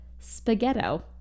spaghetto